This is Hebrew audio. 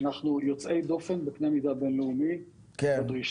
אנחנו יוצאי דופן בקנה מידה בין-לאומי בדרישות,